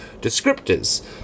descriptors